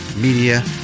media